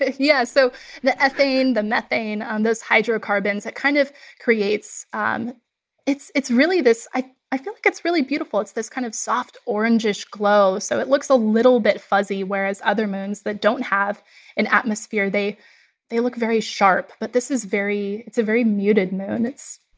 yeah. so the ethane, the methane um those hydrocarbons it kind of creates um it's it's really this i i feel like it's really beautiful. it's this kind of soft, orange-ish glow. so it looks a little bit fuzzy, whereas other moons that don't have an atmosphere, they they look very sharp. but this is very it's a very muted moon. it's